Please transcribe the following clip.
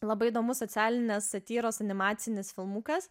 labai įdomus socialinės satyros animacinis filmukas